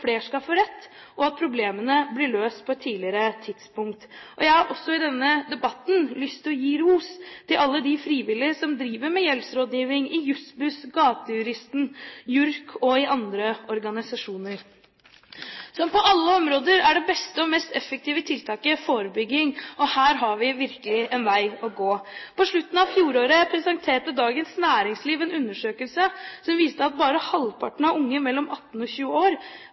skal få rett, og at problemene blir løst på et tidligere tidspunkt. Jeg har også i denne debatten lyst til å gi ros til alle de frivillige som driver med gjeldsrådgivning i Juss-Buss, Gatejuristen, JURK og i andre organisasjoner. Som på alle områder er forebygging det beste og mest effektive tiltaket. Her har vi virkelig en vei å gå. På slutten av fjoråret presenterte Dagens Næringsliv en undersøkelse som viste at bare halvparten av unge mellom 18 og 20 år